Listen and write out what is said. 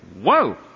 whoa